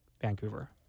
vancouver